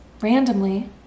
randomly